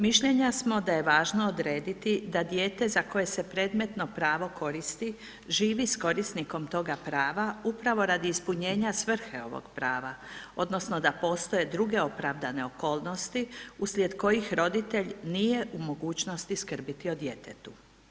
Mišljenja smo da je važno odrediti da dijete za koje se predmetno prvo koristi, živi s korisnikom toga prava, upravo radi ispunjenja svrhe ovog prava odnosno da postoje druge opravdane okolnosti uslijed kojih roditelj nije u mogućnosti skrbiti o djetetu.